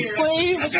please